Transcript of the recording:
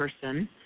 person